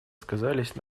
сказались